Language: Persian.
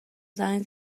زنگ